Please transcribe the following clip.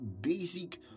basic